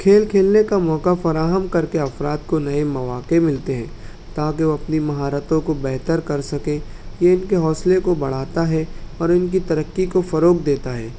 کھیل کھیلنے کا موقع فراہم کر کے افراد کو نئے مواقع ملتے ہیں تا کہ وہ اپنی مہارتوں کو بہتر کرسکیں یہ ان کے حوصلے کو بڑھاتا ہے اور ان کی ترقی کو فروغ دیتا ہے